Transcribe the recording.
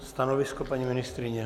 Stanovisko, paní ministryně?